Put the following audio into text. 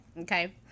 Okay